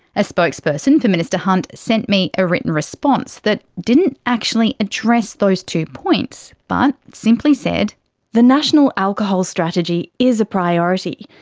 a spokesperson for minister hunt sent me a written response that didn't actually address those two points but simply said actor the national alcohol strategy is a priority.